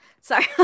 Sorry